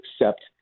accept